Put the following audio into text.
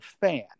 fan